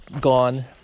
gone